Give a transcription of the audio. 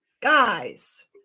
Guys